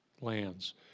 lands